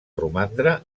romandre